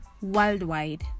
worldwide